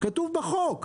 כתוב בחוק,